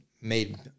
made